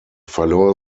verlor